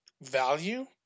value